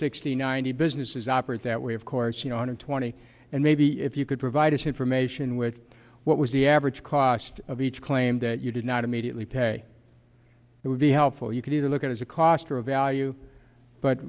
sixty ninety businesses operate that way of course you know and twenty and maybe if you could provide information which what was the average cost of each claim that you did not immediately pay it would be helpful you can either look at as a cost or a value but